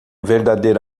verdadeiro